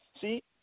See